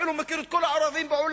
כאילו הוא מכיר את כל הערבים בעולם.